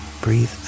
Breathe